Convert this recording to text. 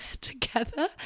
together